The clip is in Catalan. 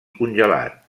congelat